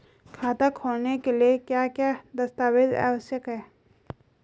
खाता खोलने के लिए क्या क्या दस्तावेज़ आवश्यक हैं?